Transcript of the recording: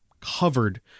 covered